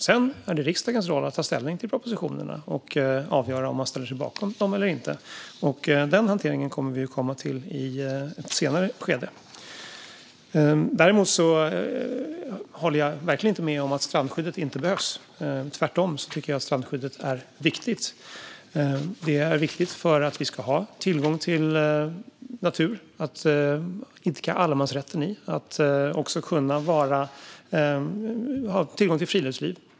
Sedan är det riksdagens roll att ta ställning till propositionerna och avgöra om man ställer sig bakom dem eller inte. Den hanteringen kommer vi att komma till i ett senare skede. Jag håller verkligen inte med om att strandskyddet inte behövs. Tvärtom tycker jag att strandskyddet är viktigt. Det är viktigt för att vi ska ha tillgång till natur, för att kunna idka allemansrätten och för att kunna ha tillgång till friluftsliv.